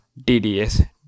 DDS